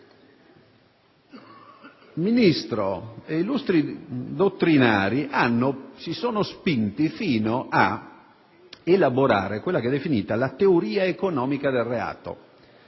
Ministro, illustri dottrinari si sono spinti fino a elaborare quella che viene definita la teoria economica del reato,